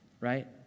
right